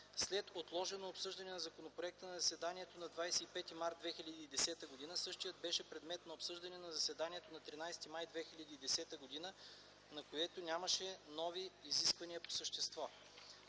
След отложено обсъждане на законопроекта на заседанието на 25 март 2010 г., същият беше предмет на обсъждане на заседанието на 13 май 2010 г., на което нямаше нови изказвания по същество.